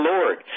Lord